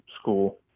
school